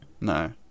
No